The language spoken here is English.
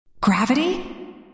Gravity